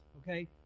okay